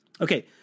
Okay